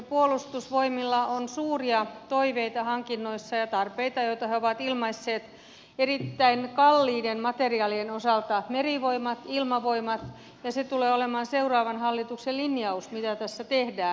puolustusvoimilla on suuria toiveita hankinnoissaan ja tarpeita joita he ovat ilmaisseet erittäin kalliiden materiaalien osalta merivoimat ilmavoimat ja se tulee olemaan seuraavan hallituksen linjaus mitä tässä tehdään